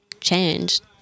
changed